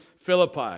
Philippi